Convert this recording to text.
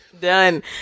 done